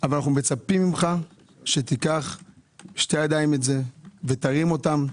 אבל אנחנו מצפים ממך שתיקח את זה בשתי ידיים ותרים אותם.